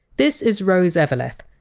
this is rose eveleth.